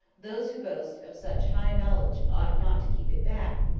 those who boast of such high knowledge ought not to keep it back,